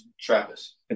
Travis